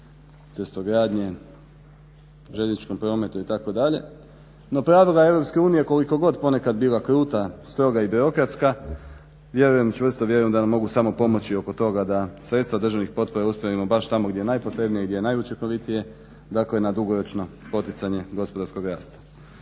cestogradnje, željezničkom prometu itd. No, pravila EU koliko god ponekad bila kruta, stroga i birokratska čvrsto vjerujem da nam mogu samo pomoći oko toga da sredstva državnih potpora usmjerimo baš tamo gdje je najpotrebnije i gdje je najučinkovitije dakle na dugoročno poticanje gospodarskog rasta.